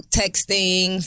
texting